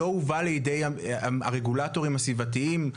לא הובאה לידי הרגולטורים הסביבתיים,